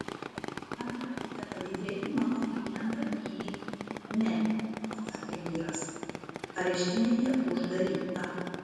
ar galite palydėti mano klientą į ne atsakė vyras areštinėje uždaryta